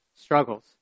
struggles